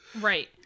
Right